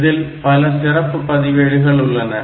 இதில் பல சிறப்பு பதிவேடுகள் உள்ளன